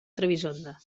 trebisonda